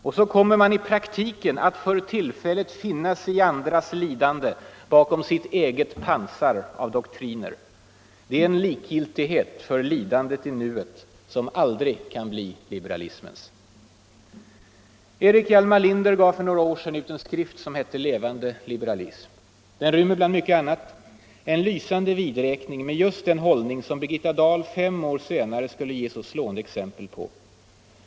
Och så kommer man i praktiken att för tillfället finna sig i andras lidande bakom sitt eget pansar av doktriner. Det är en likgiltighet för lidandet i nuet som aldrig kan bli liberalismens. Erik Hjalmar Linder gav för några år sen ut en skrift som hette ”Levande liberalism”. Den rymmer bland mycket annat en lysande vidräkning med just den hållning som Birgitta Dahl fem år senare skulle ge så slående exempel på.